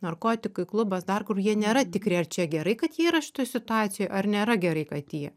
narkotikai klubas dar kur jie nėra tikri ar čia gerai kad jie yra šitoj situacijoj ar nėra gerai kad jie